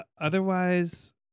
Otherwise